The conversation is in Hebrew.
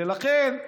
לכן,